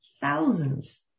thousands